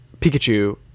Pikachu